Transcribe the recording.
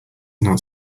not